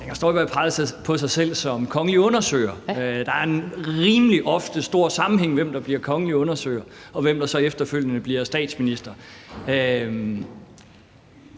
Støjberg pegede på sig selv som kongelig undersøger. Der er rimelig ofte en stor sammenhæng mellem, hvem der bliver kongelig undersøger, og hvem der så efterfølgende bliver statsminister.